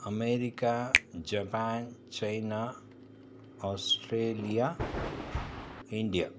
America Japan China Australia India